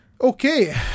okay